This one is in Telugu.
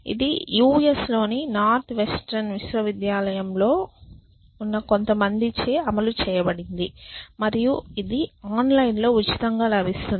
ఇది US లోని నార్త్ వెస్ట్రన్ విశ్వవిద్యాలయంలోని కొంతమందిచే అమలు చేయబడింది మరియు ఇది ఆన్లైన్ లో ఉచితంగా లభిస్తుంది